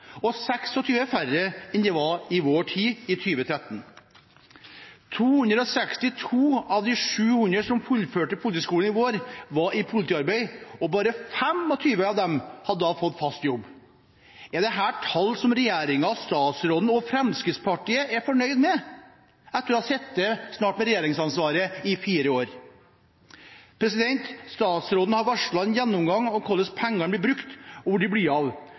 og 26 færre enn det var i vår tid, i 2013. 262 av de 700 som fullførte politihøgskolen i vår, var i politiarbeid, og bare 25 av dem hadde da fått fast jobb. Er dette tall som regjeringen, statsråden og Fremskrittspartiet er fornøyd med etter å ha sittet med regjeringsansvaret i snart fire år? Statsråden har varslet en gjennomgang av hvordan pengene blir brukt, og hvor de blir